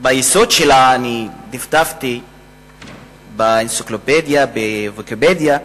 ביסוד שלו, אני דפדפתי באנציקלופדיה, ב"ויקיפדיה",